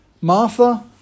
Martha